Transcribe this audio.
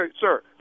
sir